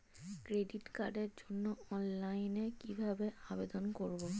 Credit কার্ডের জন্য অনলাইনে কিভাবে আবেদন করব?